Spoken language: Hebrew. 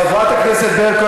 חברת הכנסת ברקו,